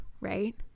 right